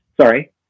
Sorry